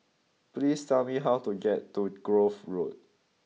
please tell me how to get to Grove Road